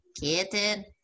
Kitten